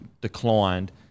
declined